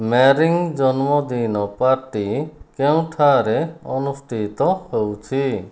ମ୍ୟାରଙ୍ଗ ଜନ୍ମଦିନ ପାର୍ଟି କେଉଁଠାରେ ଅନୁଷ୍ଠିତ ହଉଛି